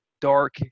dark